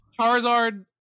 Charizard